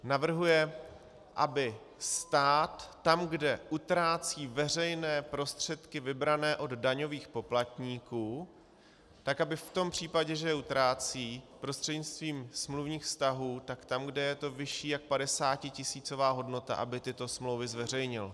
Navrhuje, aby stát tam, kde utrácí veřejné prostředky vybrané od daňových poplatníků, tak aby v tom případě, že je utrácí prostřednictvím smluvních vztahů, tak tam, kde je to vyšší jak 50tisícová hodnota, aby tyto smlouvy zveřejnil.